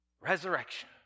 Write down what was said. Resurrection